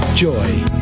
Joy